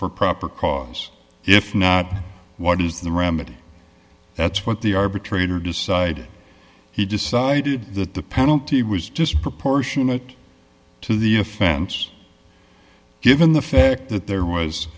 for proper cause if not what is the remedy that's what the arbitrator decided he decided that the penalty was just proportionate to the offense given the fact that there was